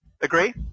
Agree